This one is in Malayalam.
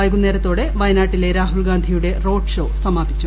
വൈകുന്നേരത്തോടെ വയനാട്ടിലെ രാഹുൽ ഗാന്ധിയുടെ റോഡ്ഷോ സമാപിച്ചു